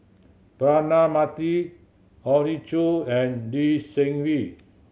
Braema Mathi Hoey Choo and Lee Seng Wee